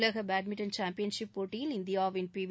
உலக badminton championship போட்டியில் இந்தியாவின் பிவி